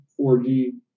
4G